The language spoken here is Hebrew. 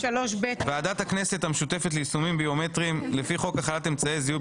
ועדת הכנסת המשותפת ליישומים ביומטריים לפי חוק החלת אמצעי זיהוי